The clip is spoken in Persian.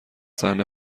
صحنه